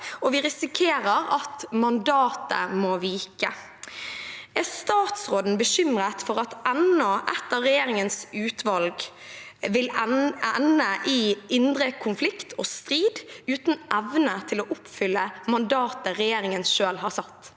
og vi risikerer at mandatet må vike. Er statsråden bekymret for at enda et av regjeringens utvalg vil ende i indre konflikt og strid, uten evne til å oppfylle mandatet regjeringen selv har satt?